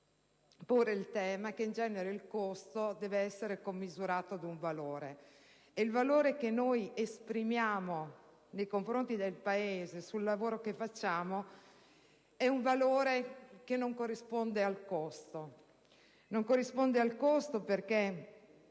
seguente tema: in genere il costo deve essere commisurato ad un valore e il valore che noi esprimiamo nei confronti del Paese sul lavoro che compiamo non corrisponde al costo stesso. Non corrisponde al costo perché